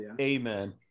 amen